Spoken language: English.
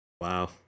Wow